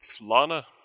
Lana